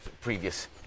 previous